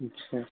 अच्छा